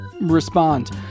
respond